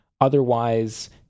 Otherwise